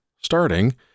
starting